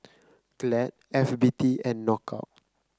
Glad F B T and Knockout